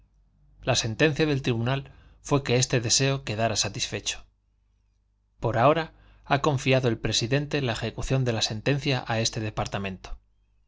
la sentencia del tribunal fué que este deseo quedara satisfecho por ahora ha confiado el presidente la ejecución de la sentencia a este departamento